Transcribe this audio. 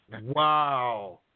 Wow